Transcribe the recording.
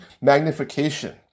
magnification